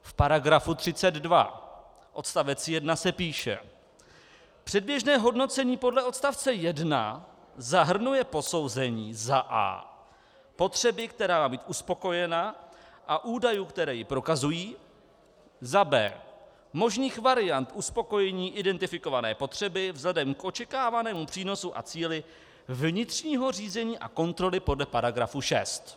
V § 32 odst. 1 se píše: Předběžné hodnocení podle odst. 1 zahrnuje posouzení a) potřeby, která má být uspokojena, a údajů, které ji prokazují, b) možných variant uspokojení identifikované potřeby vzhledem k očekávanému přínosu a cíli vnitřního řízení a kontroly podle § 6.